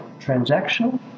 transactional